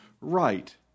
right